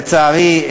לצערי,